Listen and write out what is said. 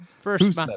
First